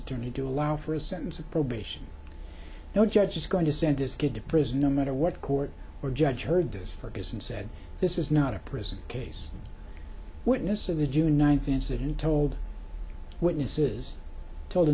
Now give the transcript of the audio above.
attorney do allow for a sentence of probation no judge is going to send this kid to prison no matter what court or judge heard this ferguson said this is not a prison case witness of the june ninth incident told witnesses told